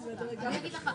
אני מבקש שקט.